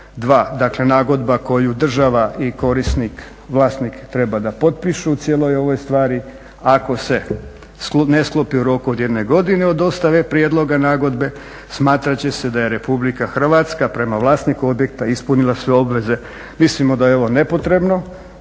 dakle nagodba koju država i korisnik, vlasnik treba da potpišu u cijeloj ovoj stvari, ako se ne sklopi u roku od 1 godine od dostave prijedloga nagodbe smatrat će se da je Republika Hrvatska prema vlasniku objekta ispunila sve obveze. Mislimo da je ovo nepotrebno